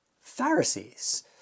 Pharisees